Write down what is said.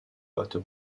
butter